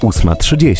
8.30